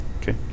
Okay